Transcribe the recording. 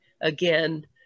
again